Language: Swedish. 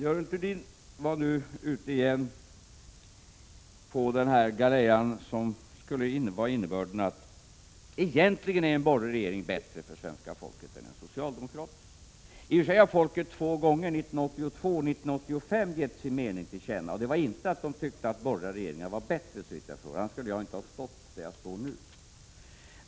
Görel Thurdin var ute igen på den galeja som skulle innebära att en borgerlig regering egentligen är bättre för svenska folket än en socialdemokratisk. I och för sig har folket två gånger — 1982 och 1985 —- gett sin mening till känna, och den var inte att de tyckte att borgerliga regeringar var bättre. Då skulle jag inte ha stått där jag står nu.